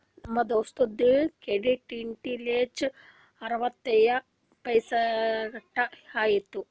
ನಮ್ ದೋಸ್ತುಂದು credit utilized ಅರವತ್ತೈಯ್ದ ಪರ್ಸೆಂಟ್ ಆಗಿತ್ತು